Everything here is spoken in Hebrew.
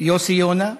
יוסי יונה,